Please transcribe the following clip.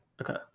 Okay